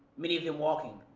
many of them walking.